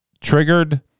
triggered